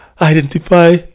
identify